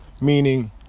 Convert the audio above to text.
meaning